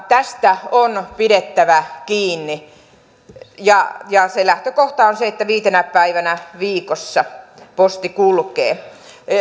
tästä on pidettävä kiinni ja ja se lähtökohta on se että viitenä päivänä viikossa posti kulkee